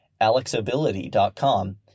AlexAbility.com